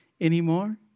anymore